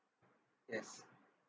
yes